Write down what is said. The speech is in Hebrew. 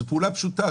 זה פעולה פשוטה.